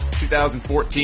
2014